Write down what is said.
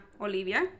Olivia